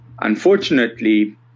Unfortunately